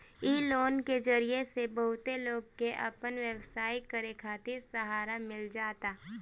इ लोन के जरिया से बहुते लोग के आपन व्यवसाय करे खातिर सहारा मिल जाता